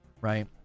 right